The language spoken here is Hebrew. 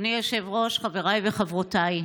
אדוני היושב-ראש, חבריי וחברותיי,